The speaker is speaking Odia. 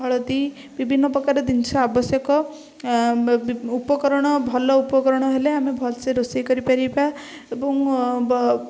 ହଳଦୀ ବିଭିନ୍ନ ପ୍ରକାର ଜିନିଷ ଆବଶ୍ୟକ ଉପକରଣ ଭଲ ଉପକରଣ ହେଲେ ଆମେ ଭଲ ସେ ରୋଷେଇ କରିପାରିବା ଏବଂ ବ